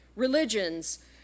religions